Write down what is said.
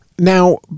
Now